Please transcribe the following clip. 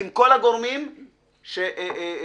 קמפיין ייעודי שאנחנו עושים ודברים כאלה.